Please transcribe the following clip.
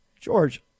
George